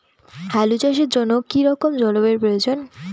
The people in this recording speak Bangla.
আলু চাষের জন্য কি রকম জলবায়ুর প্রয়োজন?